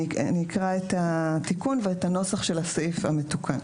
אני אקרא את התיקון ואת הנוסח של הסעיף המתוקן.